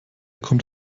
kommt